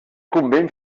convent